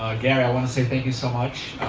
ah gary, i wanna say thank you so much.